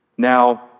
now